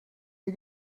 mir